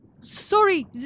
sorry